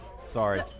sorry